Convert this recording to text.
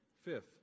Fifth